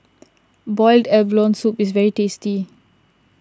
Boiled Abalone Soup is very tasty